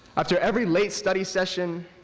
after every late study session,